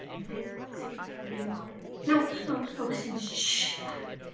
i did see a unicorn. no, no, but listen, shhh! shut up!